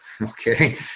Okay